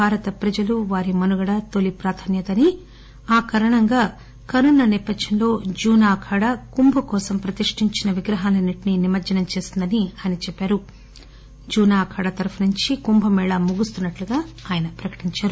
భారత ప్రజలు వారి మనుగడ తొలి ప్రాధాన్యత అని ఆ కారణంగా కరోనా సేపథ్యంలో జూనా అఖాడా కుంభ్ కోసం ప్రతిష్ఠించిన విగ్రహాలన్నింటిని నిమజ్జనం చేసిందని ఆయన చెప్పారు జునా అఖాద తరఫునుంచి కుంభ మేళా ముగుస్తున్నట్లు ఆయన ప్రకటించారు